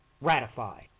ratify